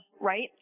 right